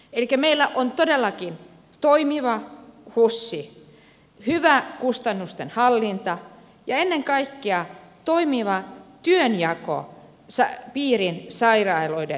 elikkä meillä on todellakin toimiva hus hyvä kustannusten hallinta ja ennen kaikkea toimiva työnjako piirin sairaaloiden välillä